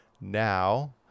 now